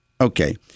Okay